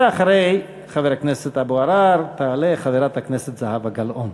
ואחרי חבר הכנסת אבו עראר תעלה חברת הכנסת זהבה גלאון.